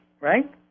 right